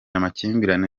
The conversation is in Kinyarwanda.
amakimbirane